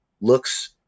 looks